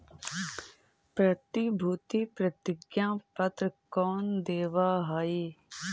प्रतिभूति प्रतिज्ञा पत्र कौन देवअ हई